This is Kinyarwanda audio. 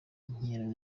inkera